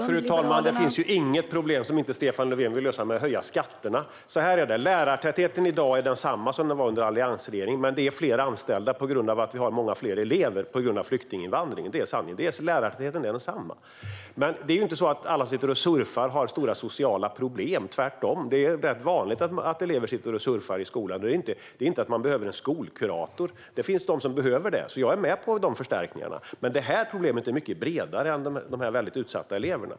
Fru talman! Det finns inget problem som inte Stefan Löfven vill lösa med att höja skatterna. Så här är det: Det är fler anställda i dag, men på grund av att vi har många fler elever till följd av flyktinginvandringen är lärartätheten i dag densamma som den var under alliansregeringens tid. Det är sanningen. Lärartätheten är densamma. Det är inte så att alla som sitter och surfar har stora sociala problem. Det är tvärtom rätt vanligt att elever sitter och surfar i skolan, men det handlar inte om att man behöver en skolkurator. Det finns de som behöver det, så jag är med på dessa förstärkningar. Men problemet är mycket bredare än dessa väldigt utsatta elever.